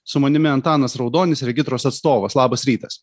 su manimi antanas raudonis regitros atstovas labas rytas